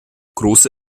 große